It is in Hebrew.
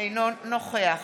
אינו נוכח